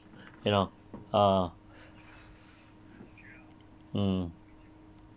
best eh best students uh